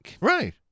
Right